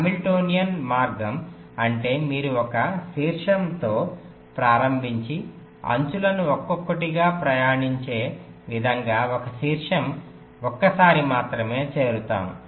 Hamiltonian మార్గం అంటే మీరు ఒక శీర్షంతో ప్రారంభించి అంచులను ఒక్కొక్కటిగా ప్రయాణించే విధంగా ఒక శీర్షం ఒక్కసారి మాత్రమే చేరుతాము